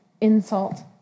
insult